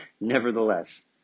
Nevertheless